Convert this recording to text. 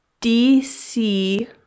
dc